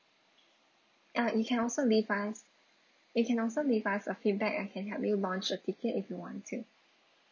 ah you can also leave us you can also leave us a feedback I can help you launch a ticket if you want to